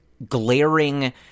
glaring